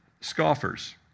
scoffers